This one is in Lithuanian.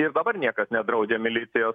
ir dabar niekas nedraudžia milicijos